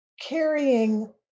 carrying